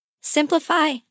Simplify